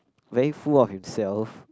very full of himself